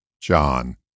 John